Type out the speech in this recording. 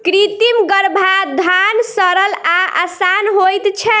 कृत्रिम गर्भाधान सरल आ आसान होइत छै